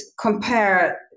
compare